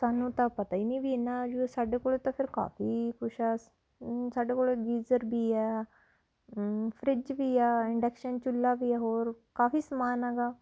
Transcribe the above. ਸਾਨੂੰ ਤਾਂ ਪਤਾ ਹੀ ਨਹੀਂ ਵੀ ਇੰਨਾਂ ਆਜੂ ਸਾਡੇ ਕੋਲ ਤਾਂ ਫਿਰ ਕਾਫੀ ਕੁਛ ਆ ਸ ਸਾਡੇ ਕੋਲ ਗੀਜ਼ਰ ਵੀ ਆ ਫਰਿਜ ਵੀ ਆ ਇੰਡਕਸ਼ਨ ਚੁੱਲ੍ਹਾ ਵੀ ਆ ਹੋਰ ਕਾਫੀ ਸਮਾਨ ਹੈਗਾ